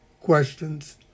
questions